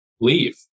leave